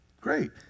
Great